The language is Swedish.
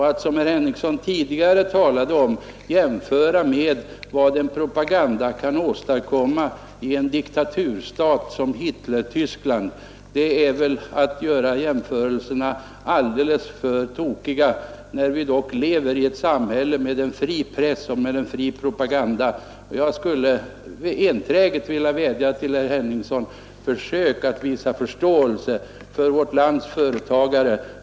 Att som herr Henningsson göra jämförelser med vad propaganda kan åstadkomma i en diktaturstat som Hitlertyskland är helt tokigt. Vi lever dock i ett samhälle med en fri press och med fri propaganda. Jag vill enträget vädja till herr Henningsson: Försök att visa förståelse för vårt lands företagare!